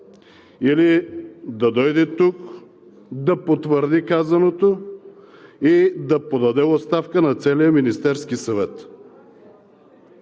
или да дойде тук да потвърди казаното и да подаде оставка на целия Министерски съвет,